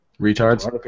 retards